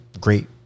great